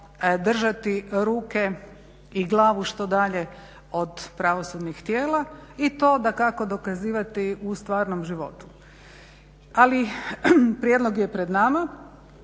držati ruke i glavu što dalje od pravosudnih tijela i to dakako dokazivati u stvarnom životu. Ali prijedlog je pred nama.